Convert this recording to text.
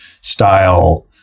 style